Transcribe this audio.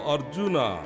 Arjuna